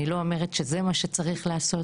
אני לא אומרת שזה מה שצריך לעשות,